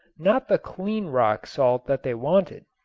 not the clean rock salt that they wanted,